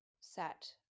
set